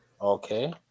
okay